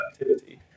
activity